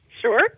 Sure